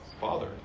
Father